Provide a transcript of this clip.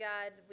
God